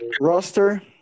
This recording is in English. roster